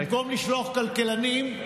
במקום לשלוח כלכלנים,